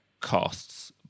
costs